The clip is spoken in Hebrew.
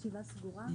סגורה?